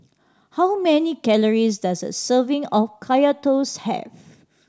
how many calories does a serving of Kaya Toast have